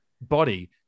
body